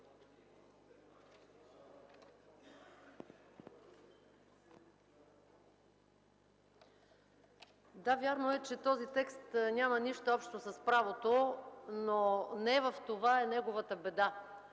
Да, вярно е, че този текст няма нищо общо с правото, но не в това е неговата беда.